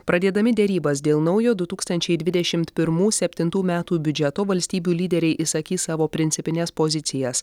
pradėdami derybas dėl naujo du tūkstančiai dvidešimt pirmų septintų metų biudžeto valstybių lyderiai išsakys savo principines pozicijas